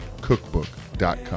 cookbook.com